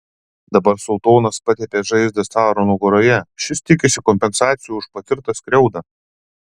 dabar sultonas patepė žaizdą caro nugaroje šis tikisi kompensacijų už patirtą skriaudą